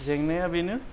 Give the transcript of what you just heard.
जेंनाया बेनो